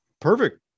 perfect